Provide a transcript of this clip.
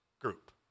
group